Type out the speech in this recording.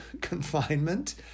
confinement